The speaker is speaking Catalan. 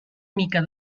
mica